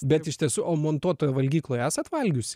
bet iš tiesų o montuotojo valgykloj esat valgiusi